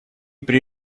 при